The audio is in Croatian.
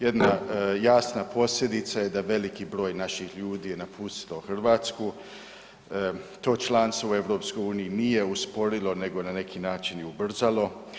Jedna jasna posljedica je da veliki broj naših ljudi je napustilo Hrvatsku, to članstvo u EU nije usporilo nego na neki način i ubrzalo.